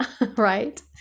right